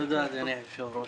תודה, אדוני היושב-ראש.